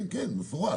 במפורש.